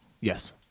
Yes